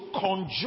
conjure